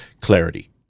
Clarity